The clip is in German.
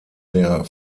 der